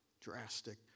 drastic